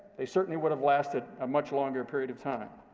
they certainly would have lasted a much longer period of time.